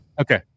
Okay